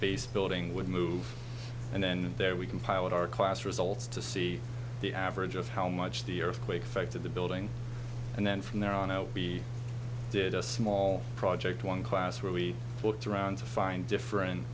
base building would move and then there we compiled our class results to see the average of how much the earthquake affected the building and then from there on out we did a small project one class where we looked around to find different